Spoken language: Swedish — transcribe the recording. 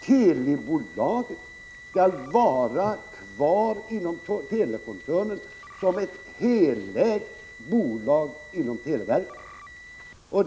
Telibolaget skall vara kvar inom telekoncernen som ett av televerket helägt bolag.